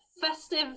festive